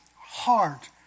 heart